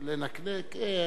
לנקנק?